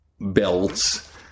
belts